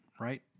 right